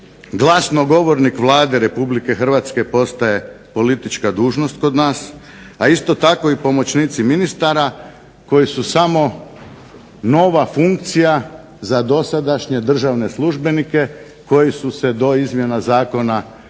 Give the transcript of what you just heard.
Glasnogovornik Vlade Republike Hrvatske postaje politička dužnost kod nas, a isto tako i pomoćnici ministara koji su samo nova funkcija za dosadašnje državne službenike koji su se do izmjena Zakona o